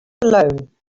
alone